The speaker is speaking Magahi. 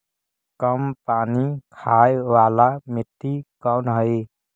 कम पानी खाय वाला मिट्टी कौन हइ?